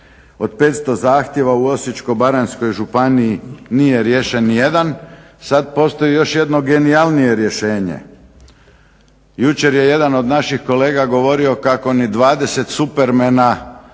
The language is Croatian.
Od 500 zahtjeva u Osječko-baranjskoj županiji nije riješen ni jedan. Sad postoji još jedno genijalnije rješenje. Jučer je jedan od naših kolega govorio kako ni 20 Supermana